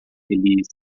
feliz